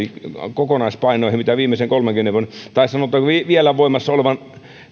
kokonaispainoihin kun vielä voimassa olevan